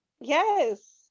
Yes